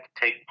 take